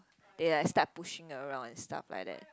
they like start pushing around and stuff like that